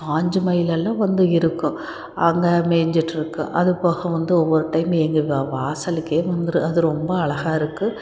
பாஞ்சி மயிலெல்லாம் வந்து இருக்கும் அங்கே மேய்ஞ்சிட்ருக்கும் அது போக வந்து ஒவ்வொரு டைம் எங்கள் வாசலுக்கே வந்துடும் அது ரொம்ப அழகாக இருக்கு